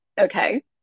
okay